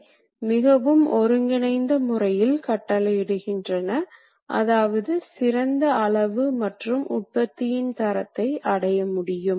பொதுவாக இந்த CNC இயந்திரங்கள் மிகவும் விலை உயர்ந்தவை எல்லோரும் அல்லது எல்லா வகையான உற்பத்தி நடவடிக்கைகளுக்கும் அதை வாங்க முடியாது